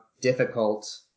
difficult